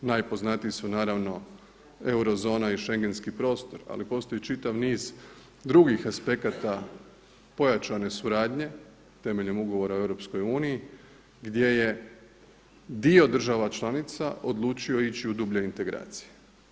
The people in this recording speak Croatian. Najpoznatiji su naravno eurozona i schengenski prostor, ali postoji čitav niz drugih aspekata pojačane suradnje, temeljem Ugovora o EU, gdje je dio država članica odlučio ići u dublje integracije.